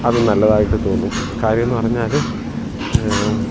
അത് നല്ലതായിട്ട് തോന്നും കാര്യമെന്ന് പറഞ്ഞാൽ